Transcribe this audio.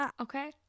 Okay